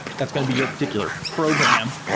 that's going to be your particular program.